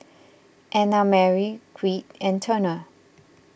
Annamarie Creed and Turner